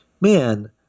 man